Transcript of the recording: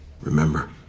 remember